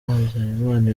habyarimana